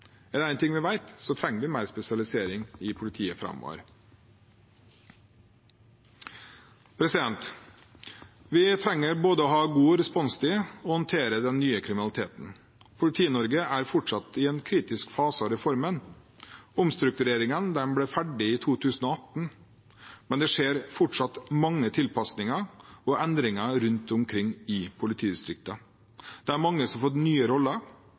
en annen type spesialisering. Er det noe vi vet, så er det at vi trenger mer spesialisering i politiet framover. Vi trenger både å ha god responstid og å håndtere den nye kriminaliteten. Politi-Norge er fortsatt i en kritisk fase av reformen. Omstruktureringene ble ferdig i 2018, men det skjer fortsatt mange tilpassinger og endringer rundt omkring i politidistriktene. Det er mange som har fått nye roller,